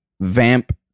Vamp